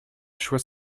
choix